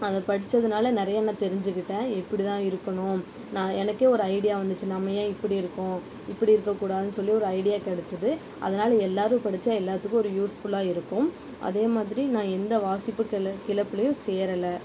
அதை படித்ததுனால நிறைய நான் தெரிஞ்சுக்கிட்டேன் இப்படி தான் இருக்கணும் நான் எனக்கே ஒரு ஐடியா வந்துச்சு நம்ம ஏன் இப்படி இருக்கோம் இப்படி இருக்கக் கூடாதுன்னு சொல்லி ஒரு ஐடியா கிடச்சிது அதனால எல்லாேரும் படித்தா எல்லாத்துக்கும் ஒரு யூஸ்ஃபுல்லா இருக்கும் அதே மாதிரி நான் எந்த வாசிப்பு கிள கிளப்புலேயும் சேரலை